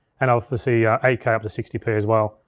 and obviously yeah eight k up to sixty p as well.